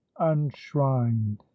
unshrined